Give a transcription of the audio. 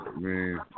Man